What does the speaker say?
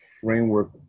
framework